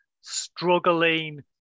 struggling